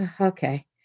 okay